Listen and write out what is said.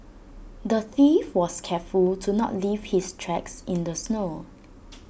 the thief was careful to not leave his tracks in the snow